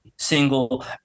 single